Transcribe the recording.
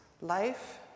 life